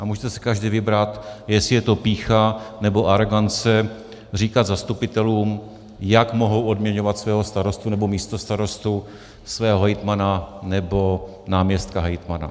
A můžete si každý vybrat, jestli je to pýcha, nebo arogance říkat zastupitelům, jak mohou odměňovat svého starostu nebo místostarostu, svého hejtmana nebo náměstka hejtmana.